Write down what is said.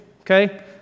okay